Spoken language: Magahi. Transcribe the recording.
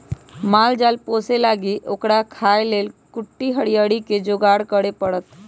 माल जाल पोशे लागी ओकरा खाय् लेल कुट्टी हरियरी कें जोगार करे परत